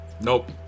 Nope